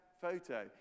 photo